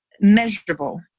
measurable